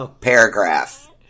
paragraph